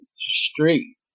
street